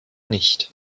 nicht